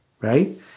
right